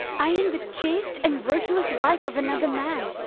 i am the chaste and virtuous wife of another man.